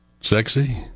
sexy